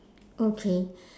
okay